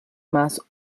más